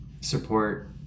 support